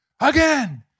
again